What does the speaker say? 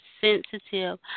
sensitive